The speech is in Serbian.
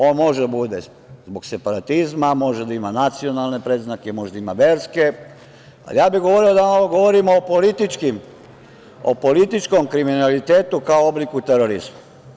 On može da bude zbog separatizma, može da ima nacionalne predznake, može da ima verske, ali ja bih govorio o političkom kriminalitetu kao obliku terorizma.